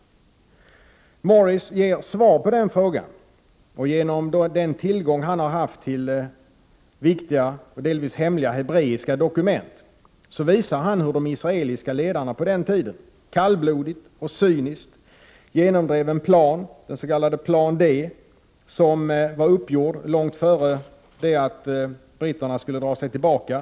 Morris ger svar på den frågan, och genom sin tillgång till viktiga och delvis hemliga hebreiska dokument visar han hur de israeliska ledarna på den tiden kallblodigt och cyniskt genomdrev en plan, den s.k. Plan D, som var uppgjord långt innan britterna skulle dra sig tillbaka.